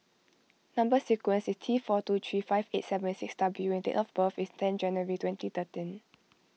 Number Sequence is T four two three five eight seven six W and date of birth is ten January twenty thirteen